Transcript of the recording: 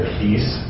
peace